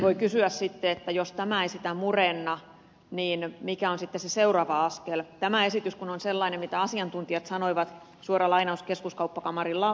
voi kysyä sitten että jos tämä ei sitä murenna niin mikä on sitten se seuraava askel tämä esitys kun on sellainen mitä asiantuntijat sanoivat suora lainaus keskuskauppakamarin asiantuntijalausunnosta